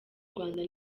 rwanda